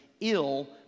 Ill